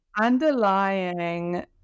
underlying